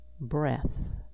breath